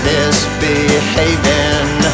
Misbehaving